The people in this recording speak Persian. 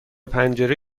پنجره